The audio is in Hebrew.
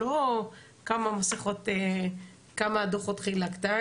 לא כמה דוחות חילקת,